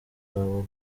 rwaba